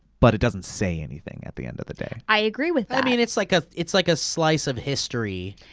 but it doesn't say anything at the end of the day. i agree with that. i mean, it's like ah it's like a slice of history.